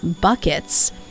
buckets